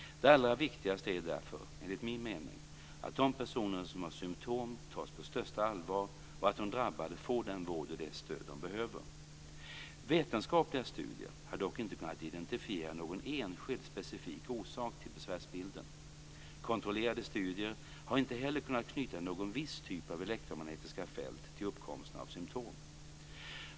Det allra viktigaste är därför, enligt min mening, att de personer som har symtom tas på största allvar och att de drabbade får den vård och det stöd de behöver. Vetenskapliga studier har dock inte kunnat identifiera någon enskild specifik orsak till besvärsbilden. Kontrollerade studier har inte heller kunnat knyta någon viss typ av elektromagnetiska fält till uppkomsten av symtom.